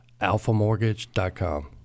alphamortgage.com